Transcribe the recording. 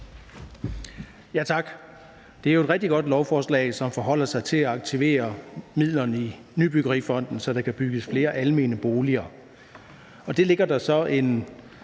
Tak. Det er jo et rigtig godt lovforslag, som forholder sig til at aktivere midlerne i nybyggerifonden, så der kan bygges flere almene boliger. Det ligger der så en